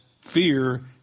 fear